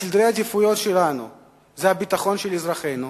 סדרי העדיפויות שלנו זה הביטחון של אזרחינו,